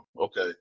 Okay